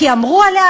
כי אמרו עליה,